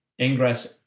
ingress